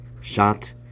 shot